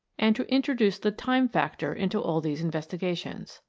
and to introduce the time factor into all these in vestigations.